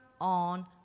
on